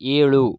ಏಳು